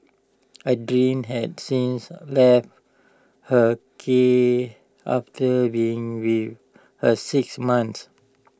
Adrian has since left her care after being with her six months